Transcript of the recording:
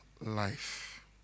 life